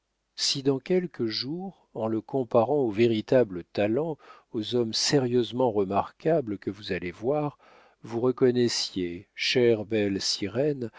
si dans quelques jours en le comparant aux véritables talents aux hommes sérieusement remarquables que vous allez voir vous reconnaissiez chère belle sirène